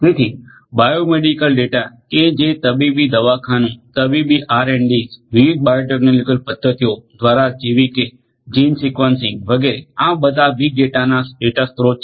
તેથી biomedical data કે જે તબીબી દવાખાનુ તબીબી આરએન્ડડીસRDs વિવિધ બાયોટેકનોલોજીકલ પદ્ધતિઓ ઘ્વારા જેવી કે જીન સિક્વિન્સીંગ વગેરે આ બધા બીગ ડેટાના ડેટા સ્રોત છે